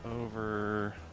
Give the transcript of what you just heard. Over